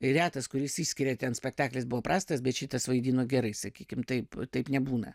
retas kuris išsiskiria ten spektaklis buvo prastas bet šitas vaidino gerai sakykim taip taip nebūna